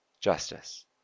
justice